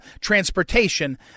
transportation